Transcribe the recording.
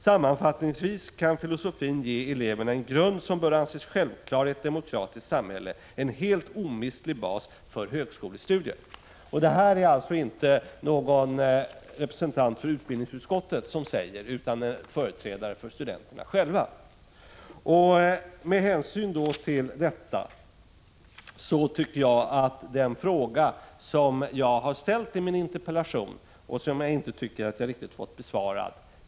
Sammanfattningsvis kan filosofin ge eleverna en grund som bör anses självklar i ett demokratiskt samhälle, en helt omistlig bas för högskolestudier.” Det är alltså inte någon representant för utbildningsutskottet som säger detta, utan det är företrädare för studenterna själva. Med hänsyn till detta tycker jag att min interpellation inte har besvarats.